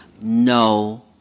No